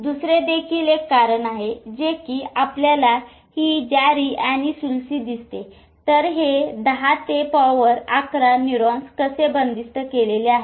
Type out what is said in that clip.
2 रे देखील एक कारण आहे जे कि आपल्याला ही gyri आणि Sulci दिसते तर हे 10 ते पॉवर 11 न्यूरॉन्स कसे बंदिस्त केलेलं आहे